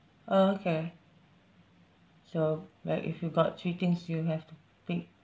oh okay so like if you got three things you have to pick